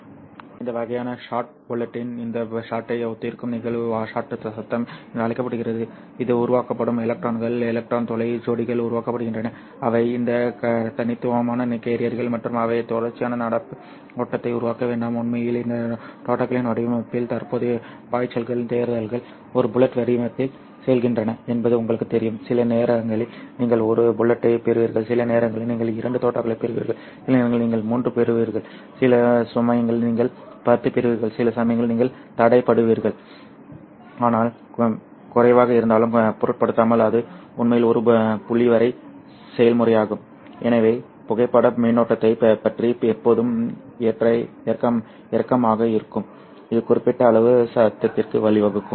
எனவே இந்த வகையான ஷாட் புல்லட்டின் இந்த ஷாட்டை ஒத்திருக்கும் நிகழ்வு ஷாட் சத்தம் என்று அழைக்கப்படுகிறது இது உருவாக்கப்படும் எலக்ட்ரான்கள் எலக்ட்ரான் துளை ஜோடிகள் உருவாக்கப்படுகின்றன அவை இந்த தனித்துவமான கேரியர்கள் மற்றும் அவை தொடர்ச்சியான நடப்பு ஓட்டத்தை உருவாக்க வேண்டாம் உண்மையில் இந்த தோட்டாக்களின் வடிவத்தில் தற்போதைய பாய்ச்சல்கள் தேர்தல்கள் ஒரு புல்லட் வடிவத்தில் செல்கின்றன என்பது உங்களுக்குத் தெரியும் சில நேரங்களில் நீங்கள் ஒரு புல்லட்டைப் பெறுவீர்கள் சில நேரங்களில் நீங்கள் இரண்டு தோட்டாக்களைப் பெறுவீர்கள் சில நேரங்களில் நீங்கள் மூன்று பெறுவீர்கள் சில சமயங்களில் நீங்கள் பத்து பெறுவீர்கள் சில சமயங்களில் நீங்கள் தடைபடுகிறீர்கள் ஆனால் குறைவாக இருந்தாலும் பொருட்படுத்தாமல் அது உண்மையில் ஒரு புள்ளிவிவர செயல்முறையாகும் எனவே புகைப்பட மின்னோட்டத்தைப் பற்றி எப்போதும் ஏற்ற இறக்கமாக இருக்கும் இது குறிப்பிட்ட அளவு சத்தத்திற்கு வழிவகுக்கும்